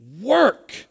work